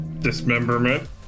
Dismemberment